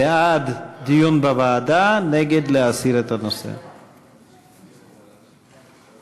ההצעה להעביר את הנושא לוועדת החינוך,